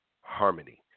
harmony